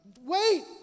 wait